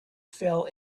fell